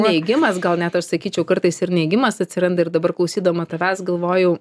neigimas gal net aš sakyčiau kartais ir neigimas atsiranda ir dabar klausydama tavęs galvojau